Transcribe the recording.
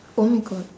oh my god